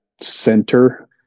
center